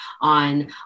on